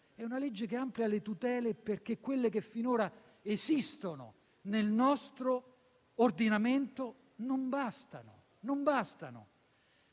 È una legge che amplia le tutele perché quelle che finora esistono nel nostro ordinamento non bastano e vanno